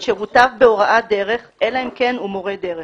את שירותיו בהוראת דרך, אלא אם כן הוא מורה דרך.